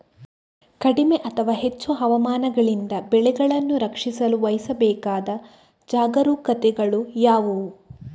ಕಡಿಮೆ ಅಥವಾ ಹೆಚ್ಚು ಹವಾಮಾನಗಳಿಂದ ಬೆಳೆಗಳನ್ನು ರಕ್ಷಿಸಲು ವಹಿಸಬೇಕಾದ ಜಾಗರೂಕತೆಗಳು ಯಾವುವು?